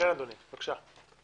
תודה אדוני היושב ראש.